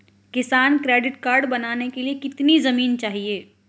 किसान credit card बनाने के लिए कितनी जमीन चाहिए?